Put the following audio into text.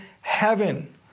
heaven